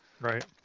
Right